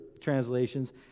translations